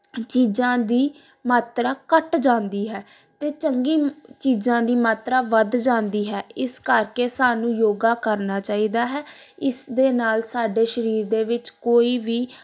ਚੀਜ਼ਾਂ ਦੀ ਮਾਤਰਾ ਘੱਟ ਜਾਂਦੀ ਹੈ ਅਤੇ ਚੰਗੀ ਚੀਜ਼ਾਂ ਦੀ ਮਾਤਰਾ ਵੱਧ ਜਾਂਦੀ ਹੈ ਇਸ ਕਰਕੇ ਸਾਨੂੰ ਯੋਗਾ ਕਰਨਾ ਚਾਹੀਦਾ ਹੈ ਇਸ ਦੇ ਨਾਲ ਸਾਡੇ ਸਰੀਰ ਦੇ ਵਿੱਚ ਕੋਈ ਵੀ